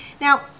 Now